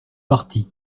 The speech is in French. parti